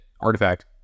Artifact